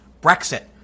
Brexit